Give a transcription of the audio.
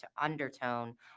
undertone